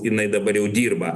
jinai dabar jau dirba